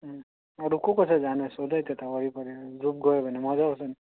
अँ अरू को को छ जाने सोध है त्यता वरिपरिहरू ग्रुप गयो भने मज्जा आउँछ नि